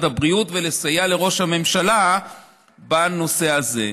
הבריאות ולסייע לראש הממשלה בנושא הזה.